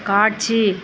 காட்சி